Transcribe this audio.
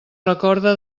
recorda